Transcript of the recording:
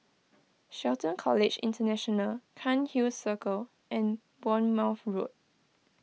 Shelton College International Cairnhill Circle and Bournemouth Road